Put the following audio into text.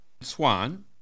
Swan